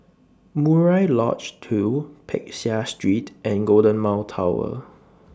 Murai Lodge two Peck Seah Street and Golden Mile Tower